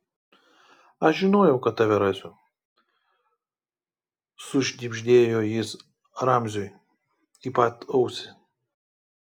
aš žinojau kad tave rasiu sušnibždėjo jis ramziui į pat ausį